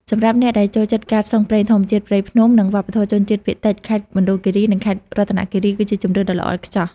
សម្រាប់អ្នកដែលចូលចិត្តការផ្សងព្រេង ធម្មជាតិព្រៃភ្នំ និងវប្បធម៌ជនជាតិភាគតិច ខេត្តមណ្ឌលគិរី និងខេត្តរតនគិរី គឺជាជម្រើសដ៏ល្អឥតខ្ចោះ។